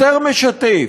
יותר משתף,